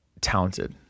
talented